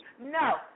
No